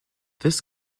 this